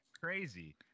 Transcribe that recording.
crazy